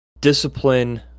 discipline